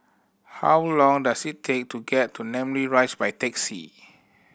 how long does it take to get to Namly Rise by taxi